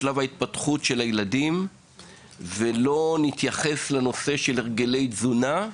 בשלב ההתפתחות של הילדים ואם לא נתייחס ברצינות לנושא של הרגלי תזונה,